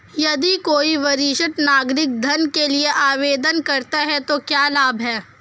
यदि कोई वरिष्ठ नागरिक ऋण के लिए आवेदन करता है तो क्या लाभ हैं?